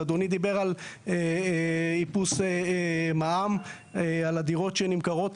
אדוני דיבר על איפוס מע"מ על הדירות שנמכרות.